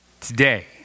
today